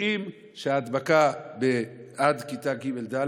יודעים שההדבקה עד כיתה ג'-ד':